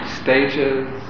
stages